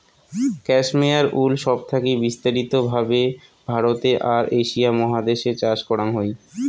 cashmere wool সব থাকি বিস্তারিত ভাবে ভারতে আর এশিয়া মহাদেশ এ চাষ করাং হই